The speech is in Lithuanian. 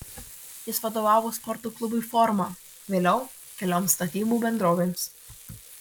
jis vadovavo sporto klubui forma vėliau kelioms statybų bendrovėms